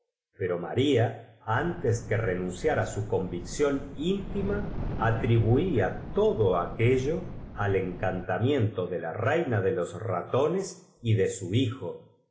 pero maria antes que renunciar á su convicción íntima atribula todo aquello al encantamien to de la reina de los ratones y de su hijo